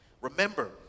Remember